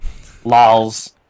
Lols